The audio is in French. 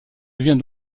devient